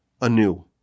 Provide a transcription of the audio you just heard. anew